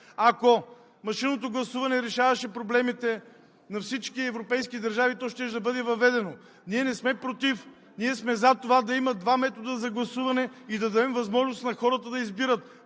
Ако машинното гласуване решаваше проблемите на всички европейски държави, то щеше да бъде въведено. Ние не сме против, ние сме за това да има два метода за гласуване и да дадем възможност на хората да избират